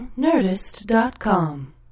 Nerdist.com